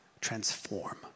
transform